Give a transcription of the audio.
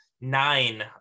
Nine